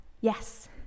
Yes